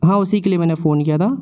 हाँ उसी के लिए मैंने फ़ोन किया था